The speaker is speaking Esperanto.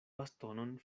bastonon